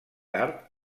tard